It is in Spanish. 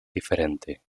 diferente